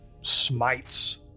smites